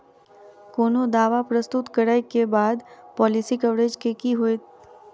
कोनो दावा प्रस्तुत करै केँ बाद पॉलिसी कवरेज केँ की होइत?